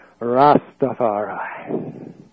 Rastafari